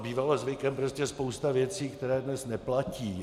Bývala zvykem prostě spousta věcí, které dnes neplatí.